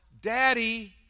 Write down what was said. Daddy